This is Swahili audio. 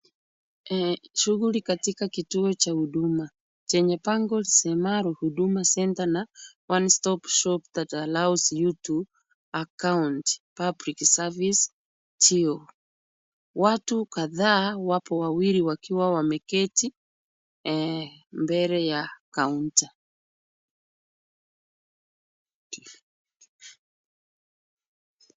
Shughuli katika kituo cha huduma chenye bango lisemalo Huduma Centre na one stop shop that allows you to account public service geo . Watu kadhaa wapo wawili wakiwa wameketi mbele ya kaunta.